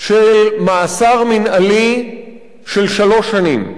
של מאסר מינהלי של שלוש שנים,